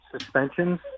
suspensions